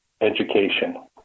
education